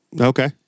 Okay